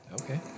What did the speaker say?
Okay